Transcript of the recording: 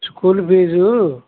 school fees